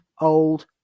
old